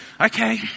Okay